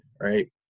right